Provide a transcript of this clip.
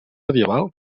medieval